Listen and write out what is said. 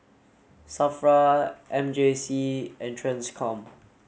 SAFRA M J C and TRANSCOM